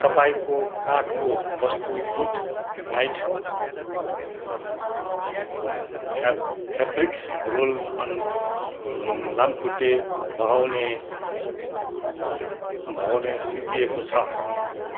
तपाईँको कार्टको वस्तु good night fab fabric roll on लाम्खुट्टे भगाउने भगाउने सिद्धिएको छ